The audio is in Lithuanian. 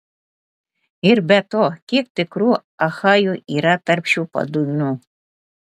ir be to kiek tikrų achajų yra tarp šių padugnių